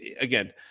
again